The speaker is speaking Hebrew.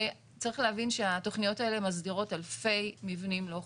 צריך להבין שהתכניות האלה מסדירות אלפי מבנים לא חוקיים.